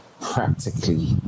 practically